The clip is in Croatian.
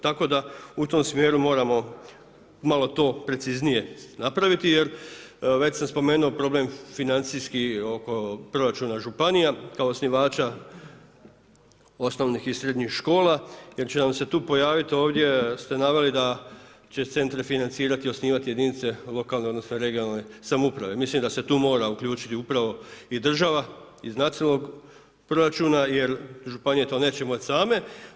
Tako da u tom smjeru moramo malo to preciznije napraviti jer već sam spomenuo problem financijski oko proračuna županija kao osnivača osnovnih i srednjih škola jer će nam se tu pojaviti, ovdje ste naveli da će centre financirati i osnovati jedinice lokalne odnosno regionalne samouprave, mislim da se tu mora uključiti upravo i država iz nacionalnog proračuna jer županije to neće moći same.